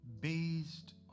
based